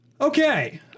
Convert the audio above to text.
Okay